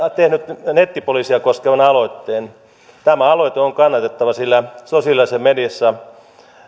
tehnyt nettipoliisia koskevan aloitteen tämä aloite on kannatettava sillä sosiaalisessa mediassa